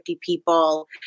people